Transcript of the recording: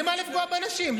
למה לפגוע באנשים?